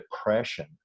depression